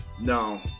No